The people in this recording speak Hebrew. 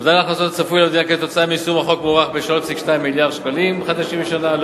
ההכנסות הצפוי למדינה מיישום החוק מוערך ב-3.2 מיליארד ש"ח בשנה.